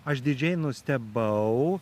aš didžiai nustebau